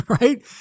right